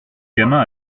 gamin